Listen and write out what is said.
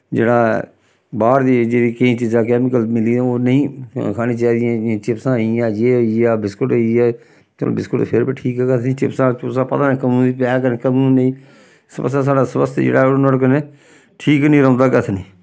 जेह्ड़ा ऐ बाह्र दी जेह्ड़ी केईं चीजां कैमिकल मिली दियां ओह् नेईं खानी चाहि दियां जि'यां चिप्सां होई गेइयां जे होई गेआ बिस्कुट होई गे चलो बिस्कुट ते फिर बी ठीक गे ऐ असें चिप्सां चुप्सां पता निं कदूं दी पैक न कदूं दी नेईं इस बास्तै साढ़ा सोआस्थ जेह्ड़ा ऐ ओह् नुआढ़े कन्नै ठीक निं रौंह्दा केह् आखदे नी